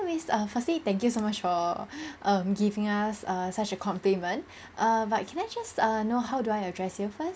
~iss uh firstly thank you so much for giving us a such a compliment err but can I just err know how do I address you first